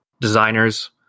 designers